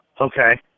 Okay